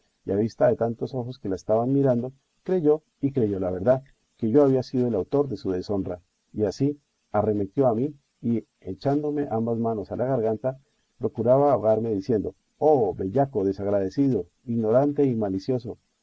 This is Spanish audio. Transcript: a vista de tantos ojos que la estaban mirando creyó y creyó la verdad que yo había sido el autor de su deshonra y así arremetió a mí y echándome ambas manos a la garganta procuraba ahogarme diciendo oh bellaco desagradecido ignorante y malicioso